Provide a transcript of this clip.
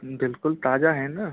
बिल्कुल ताजा हे ना